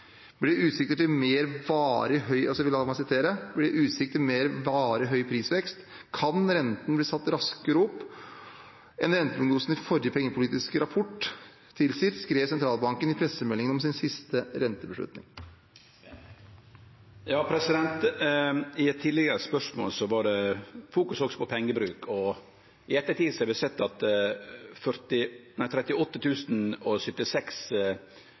utsikter til mer varig høy prisvekst, kan renten bli satt raskere opp enn renteprognosen i forrige pengepolitiske rapport tilsier», skrev sentralbanken i en pressemelding om sin siste rentebeslutning. I eit tidlegare spørsmål var det også fokusert på pengebruk. I ettertid har vi sett at